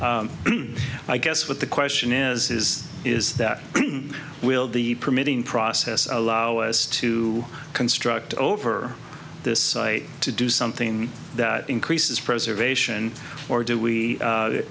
i guess what the question is is is that will the permitting process allow us to construct over this site to do something that increases preservation or do we